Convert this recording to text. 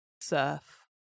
surf